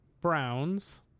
Browns